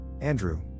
Andrew